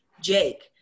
Jake